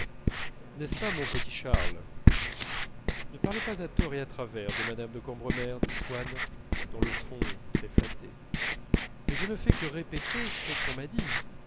n'est-ce pas mon petit charles ne parlez pas à tort et à travers de mme de cambremer dit swann dans le fond très flatté mais je ne fais que répéter ce qu'on m'a dit